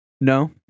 No